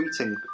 tweeting